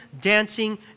dancing